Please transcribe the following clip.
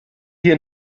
hier